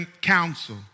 counsel